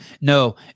No